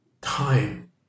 time